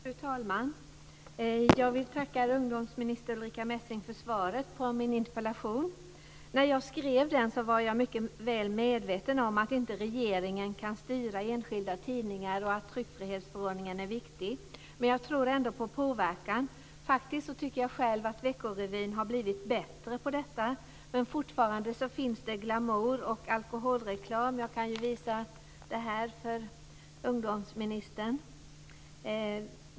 Fru talman! Jag vill tacka ungdomsminister Ulrica Messing för svaret på min interpellation. När jag skrev den var jag mycket väl medveten om att regeringen inte kan styra enskilda tidningar och att tryckfrihetsförordningen är viktig. Men jag tror ändå på påverkan. Jag tycker faktiskt själv att Vecko Revyn har blivit bättre på det här, men fortfarande finns det glamour och alkoholreklam. Jag kan ju visa ett uppslag för ungdomsministern.